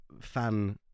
fan